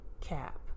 cap